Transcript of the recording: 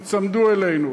תיצמדו אלינו.